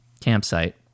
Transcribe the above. campsite